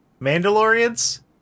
Mandalorians